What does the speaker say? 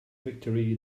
victory